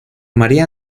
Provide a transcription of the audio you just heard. maría